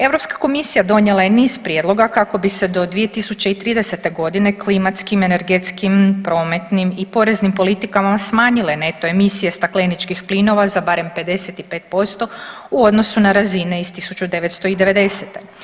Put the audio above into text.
Europska komisija donijela je niz prijedloga kako bi se do 2030. godine klimatskim energetskim prometnim i poreznim politikama smanjile neto emisije stakleničkih plinova za barem 55% u odnosu na razine iz 1990.